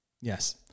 Yes